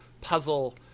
puzzle